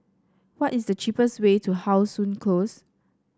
what is the cheapest way to How Sun Close